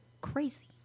crazy